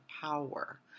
power